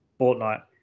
Fortnite